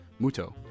Muto